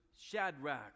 Shadrach